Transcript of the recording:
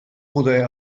poder